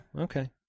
okay